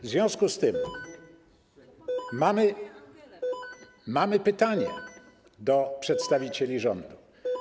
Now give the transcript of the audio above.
W związku z tym mamy pytanie do przedstawicieli rządu.